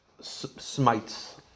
smites